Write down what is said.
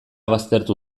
baztertu